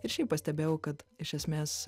ir šiaip pastebėjau kad iš esmės